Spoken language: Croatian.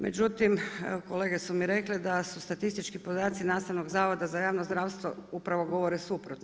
Međutim, kolege su mi rekle da su statistički podaci nastavnog Zavoda za javno zdravstvo upravo govore suprotno.